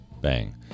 bang